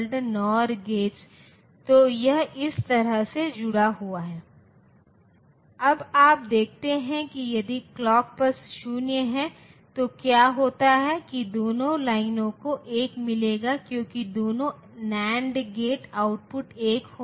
अब digital logic का मतलब है तो यदि यह एक सर्किट है जिसे डिजिटल ब्लॉक के रूप में लिया जाता है तो इसे कई इनपुट मिले हैं और कई आउटपुट हो सकते हैं